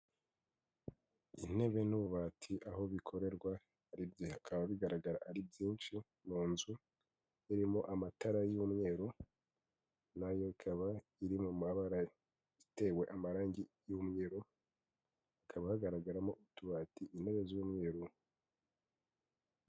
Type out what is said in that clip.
Izi ntebe n'ububati aho bikorerwa bikaba bigaragara ari byinshi mu nzu irimo amatara y'umweru na yo ikaba iri mu mabara itewe amarangi y'umweru hakaba hagaragaramo utubati, intebe z'umweru.